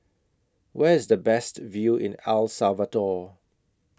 Where IS The Best View in El Salvador